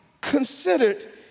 considered